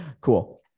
Cool